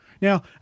Now